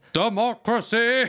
democracy